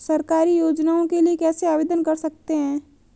सरकारी योजनाओं के लिए कैसे आवेदन कर सकते हैं?